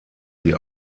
sie